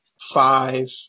five